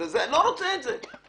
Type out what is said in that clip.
אני לא רוצה את זה.